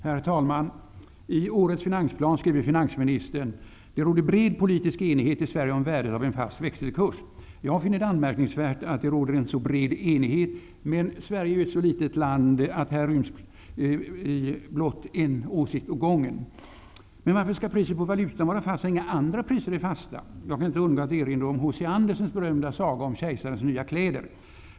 Herr talman! I årets finansplan skriver finansministern: ''Det råder bred politisk enighet i Sverige om värdet av en fast växelkurs.'' Jag finner det anmärkningsvärt att det råder en så bred enighet, men Sverige är ju ett så litet land att här blott ryms en åsikt åt gången. Men varför skall priset på valutan vara fast, när inga andra priser är fasta? Jag kan inte underlåta att erinra om H.C. Andersens berömda saga om Kejsarens nya kläder.